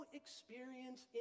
experience